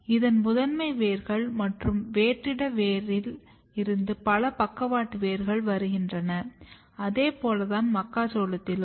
இதன் முதன்மை வேர்கள் மற்றும் வேற்றிட வேரில் இருந்து பல பக்கவாட்டு வேர்கள் வருகின்றன அதேபோல் தான் மக்காச்சோளத்திலும்